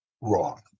wrong